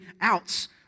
outs